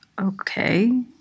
Okay